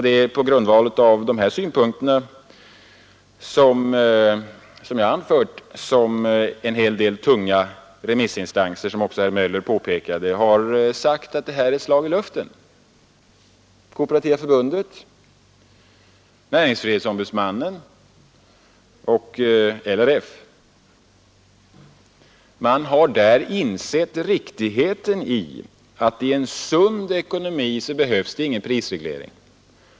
Det är på grundval av de synpunkter som jag har anfört som en hel del tunga remissinstanser — vilket också herr Möller påpekade — har sagt att prisregleringslagen är ett slag i luften. Kooperativa förbundet, näringsfrihetsombudsmannen och LRF har insett att det i en sund ekonomi inte behövs någon prisreglering.